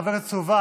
חבר הכנסת סובה,